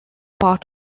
part